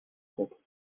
compte